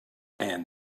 and